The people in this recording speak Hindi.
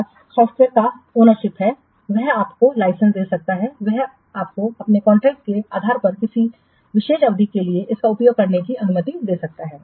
पास सॉफ़्टवेयर का ओनरशिप है वह आपको लाइसेंस दे सकता है वह आपको अपने कॉन्ट्रैक्ट के आधार पर किसी विशेष अवधि के लिए इसका उपयोग करने की अनुमति दे सकता है